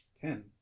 Ten